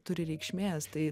turi reikšmės tai